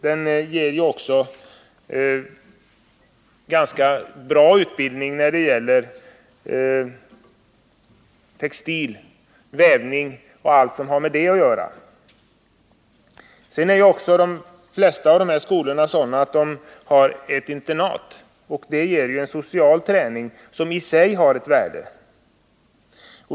Det är även en ganska bra utbildning när det gäller textilier, vävning och allt som har med detta att göra. De flesta av dessa skolor är sådana att de har ett internat. Det ger en social träning, som i sig har ett värde.